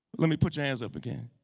let me put your hands up again.